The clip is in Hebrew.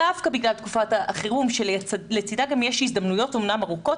דווקא בגלל תקופת החירום שלצידה גם יש הזדמנויות אמנם ארוכות